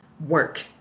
work